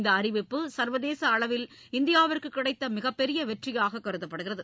இந்த அறிவிப்பு சா்வதேச அளவில் இந்தியாவிற்கு கிடைத்த மிகப்பெரிய வெற்றியாக கருதப்படுகிறது